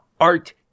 art